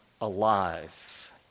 alive